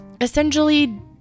essentially